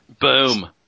Boom